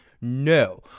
No